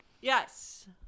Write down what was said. Yes